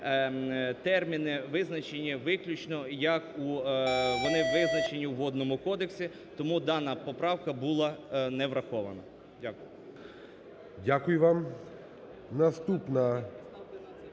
терміни визначені виключно, як вони визначені у Водному кодексі. Тому дана поправка була не врахована. Дякую. ГОЛОВУЮЧИЙ. Дякую вам. Наступна…